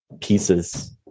pieces